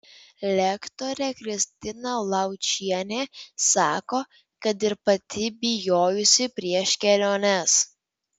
lektorė kristina laučienė sako kad ir pati bijojusi prieš keliones